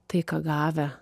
tai ką gavę